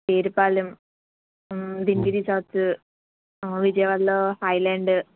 Perupalem Dindi resorts విజయవాడలో హాయిల్యాండు